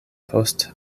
post